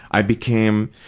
i became,